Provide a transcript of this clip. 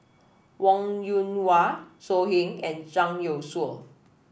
Wong Yoon Wah So Heng and Zhang Youshuo